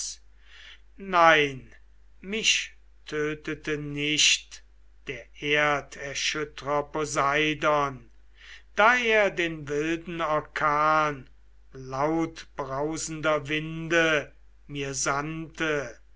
nein mich tötete nicht der erderschüttrer poseidon da er den wilden orkan lautbrausender winde mir sandte